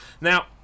Now